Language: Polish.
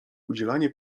udzielanie